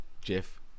jeff